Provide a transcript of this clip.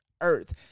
earth